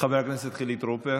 חבר הכנסת חילי טרופר,